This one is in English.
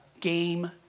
game